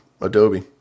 adobe